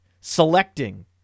selecting